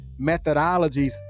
methodologies